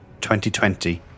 2020